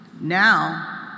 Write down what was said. Now